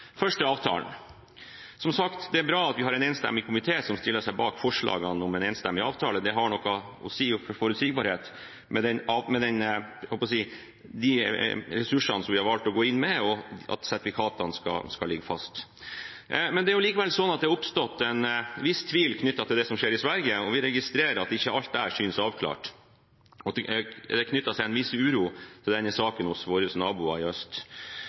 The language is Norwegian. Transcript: Først til avtalen. Som sagt: Det er bra at en enstemmig komité stiller seg bak forslaget om en avtale. Det har noe å si for forutsigbarheten for de ressursene vi har valgt å gå inn med, at sertifikatene skal ligge fast. Det har likevel oppstått en viss tvil knyttet til det som skjer i Sverige. Vi registrerer at ikke alt der synes avklart, og at det er knyttet en viss uro til denne saken hos våre naboer i øst.